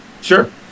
Sure